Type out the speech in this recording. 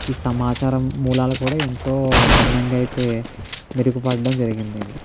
ఈ సమాచారం మూలాలు కూడా ఎంతో భిన్నంగా అయితే మెరుగుపడ్డం జరిగిందండి